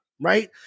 right